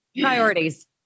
Priorities